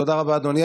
תודה רבה, אדוני.